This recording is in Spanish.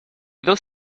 dos